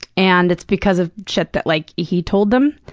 and it's because of shit that, like, he told them.